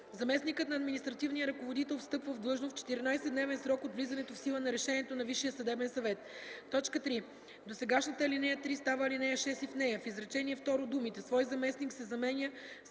Заместникът на административния ръководител встъпва в длъжност в 14-дневен срок от влизането в сила на решението на Висшия съдебен съвет.” 3. Досегашната ал. 3 става ал. 6 и в нея, в изречение второ думите „свой заместник” се заменят